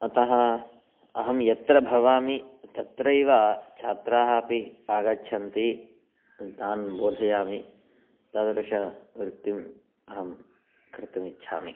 अतः अहं यत्र भवामि तत्रैव छात्राः अपि आगच्छन्ति तान् बोधयामि तादृशवृत्तिम् अहं कर्तुम् इच्छामि